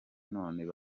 none